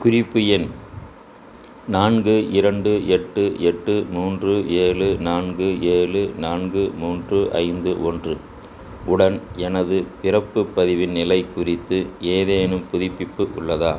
குறிப்பு எண் நான்கு இரண்டு எட்டு எட்டு மூன்று ஏழு நான்கு ஏழு நான்கு மூன்று ஐந்து ஒன்று உடன் எனது பிறப்பு பதிவின் நிலை குறித்து ஏதேனும் புதுப்பிப்பு உள்ளதா